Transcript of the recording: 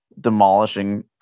demolishing